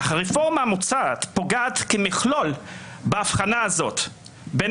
אך הרפורמה המוצעת פוגעת כמכלול בהבחנה הזאת בין